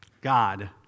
God